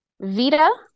Vita